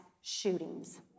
shootings